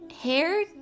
hair